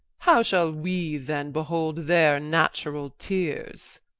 how shall we then behold their naturall teares?